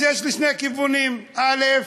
אז יש לי שני כיוונים, א.